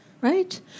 Right